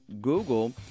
Google